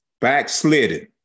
backslidden